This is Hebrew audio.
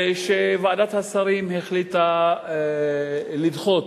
שוועדת השרים החליטה לדחות